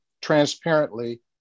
transparently